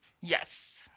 Yes